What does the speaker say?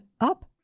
up